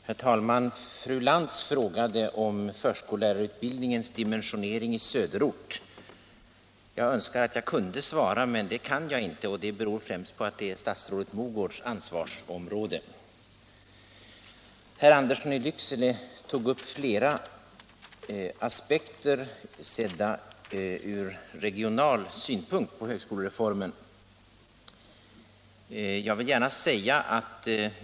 Herr talman! Fru Lantz frågade om förskollärarutbildningens dimensionering i Storstockholms söderort. Jag önskar att jag kunde svara, men det kan jag inte, och det beror främst på att detta är statsrådet Mogårds ansvarsområde. Herr Andersson i Lycksele tog upp flera aspekter på högskolereformen, sedda från regional synpunkt.